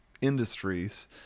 industries